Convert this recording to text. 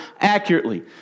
accurately